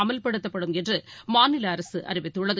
அமல்படுத்தப்படும் என்றுமாநிலஅரசுஅறிவித்துள்ளது